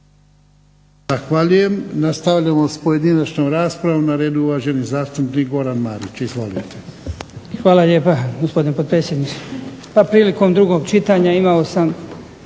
Hvala lijepa gospodine potpredsjedniče.